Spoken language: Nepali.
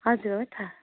हजुर हो त